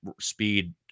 speed